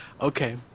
okay